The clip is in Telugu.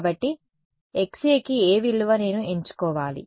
కాబట్టి Xa కి ఏ విలువను నేను ఎంచుకోవాలి